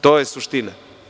To je suština.